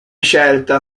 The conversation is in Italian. scelta